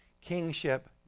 kingship